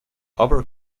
upper